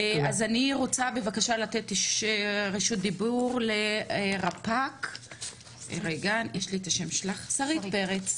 אז אני רוצה לתת רשות דיבור לרפ"ק שרית פרץ.